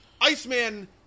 Iceman